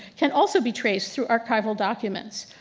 can also be traced through archival documents.